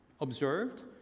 observed